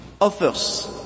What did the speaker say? offers